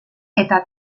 eta